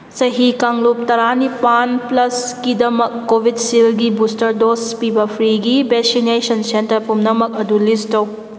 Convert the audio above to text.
ꯆꯍꯤ ꯀꯥꯡꯂꯨꯞ ꯇꯔꯥꯅꯤꯄꯜ ꯄ꯭ꯂꯁꯀꯤꯗꯃꯛ ꯀꯣꯕꯤꯛꯁꯤꯜꯒꯤ ꯕꯨꯁꯇꯔ ꯗꯣꯁ ꯄꯤꯕ ꯐ꯭ꯔꯤꯒꯤ ꯚꯦꯁꯤꯅꯦꯁꯟ ꯁꯦꯟꯇꯔ ꯄꯨꯝꯅꯃꯛ ꯑꯗꯨ ꯂꯤꯁ ꯇꯧ